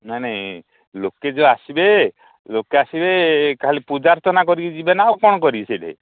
ନାଇଁ ନାଇଁ ଲୋକେ ଯେଉଁ ଆସିବେ ଲୋକେ ଆସିବେ ଖାଲି ପୂଜାର୍ଚ୍ଚନା କରିକି ଯିବେ ନା ଆଉ କ'ଣ କରିବେ ସେଇଠି